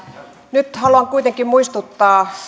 nyt haluan kuitenkin muistuttaa